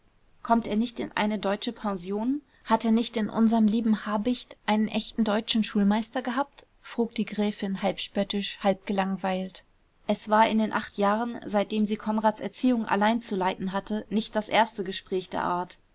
kommt er nicht in eine deutsche pension hat er nicht in unserm lieben habicht einen echten deutschen schulmeister gehabt frug die gräfin halb spöttisch halb gelangweilt es war in den acht jahren seitdem sie konrads erziehung allein zu leiten hatte nicht das erste gespräch der art